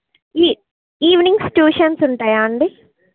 ఈ evenings tuitions ఉంటాయా అండి